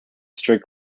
strict